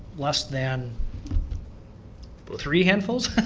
less than but three handfuls.